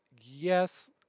Yes